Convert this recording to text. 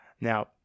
now